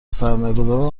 سرمایهگذاران